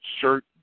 shirt